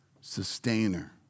sustainer